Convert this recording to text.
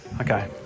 Okay